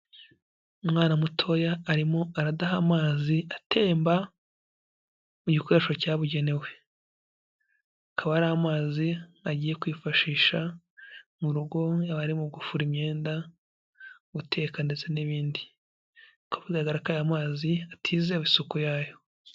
Umwana mutoya arimo aradaha amazi atemba mu gikoresho cyabugenewe. Akaba ari amazi agiye kwifashisha mu rugo haba hari mu gufura imyenda, guteka ndetse n'ibindi. Bikaba bigaragara ko aya mazi atizewe isuku yayo.